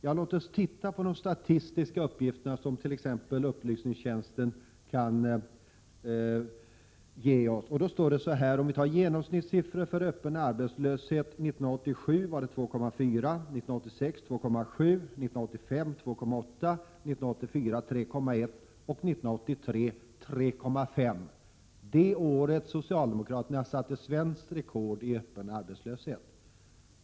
Ja, låt oss titta på de statistiska uppgifter som t.ex. riksdagens utredningstjänst kan ge oss. Utredningstjänsten lämnar följande genomsnittssiffror för den öppna arbetslösheten: 1987 var den 2,4 26, 1986 2,7 20, 1985 var arbetslösheten 2,8 90, 1984 var den 3,1 90 och 1983 var arbetslösheten 3,5 90. Det sista var det år då socialdemokraterna satte svenskt rekord i öppen arbetslöshet!